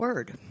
word